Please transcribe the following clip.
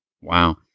Wow